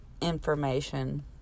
information